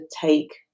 take